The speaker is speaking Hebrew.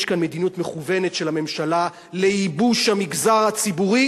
יש כאן מדיניות מכוונת של הממשלה לייבוש המגזר הציבורי,